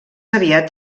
aviat